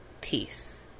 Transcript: Peace